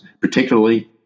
particularly